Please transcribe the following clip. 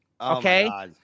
Okay